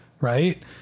right